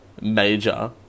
major